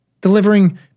delivering